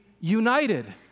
united